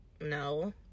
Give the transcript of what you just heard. no